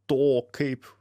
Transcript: to kaip